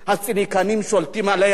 הציניקנים שולטים עליה.